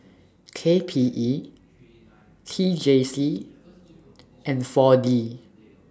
K P E T J C and four D